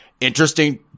interesting